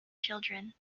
children